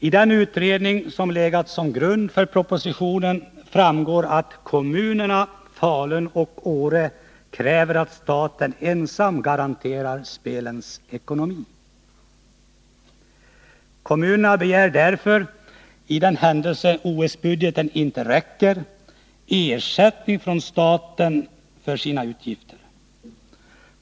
Av den utredning som har legat till grund för propositionen framgår att kommunerna Falun och Åre kräver att staten ensam garanterar spelens ekonomi. Kommunerna begär därför, för den händelse OS-budgeten inte räcker, ersättning från staten för sina utgifter.